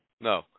No